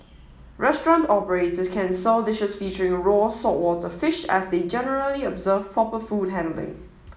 restaurant operators can sell dishes featuring raw saltwater fish as they generally observe proper food handling